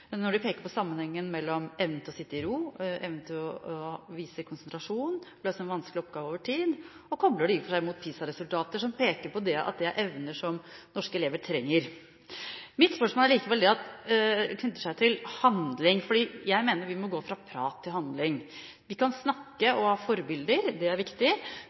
når de peker på sammenhengen mellom evnen til å sitte i ro, evnen til å vise konsentrasjon og evnen til å løse vanskelige oppgaver over tid – og i og for seg kobler det mot PISA-resultater som viser at det er evner som norske elever trenger. Mitt spørsmål knytter seg til handling, for jeg mener at vi må gå fra prat til handling. Vi kan snakke og ha forbilder, det er viktig,